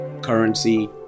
currency